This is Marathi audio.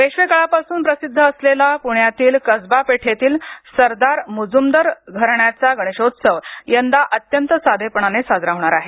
पेशवेकाळापासून प्रसिद्ध असलेला प्ण्यातील कसबा पेठेतील सरदार मुजुमदार घराण्याचा गणेशोत्सव यंदा अत्यंत साधेपणाने साजरा होणार आहे